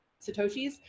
Satoshis